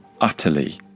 Utterly